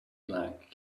black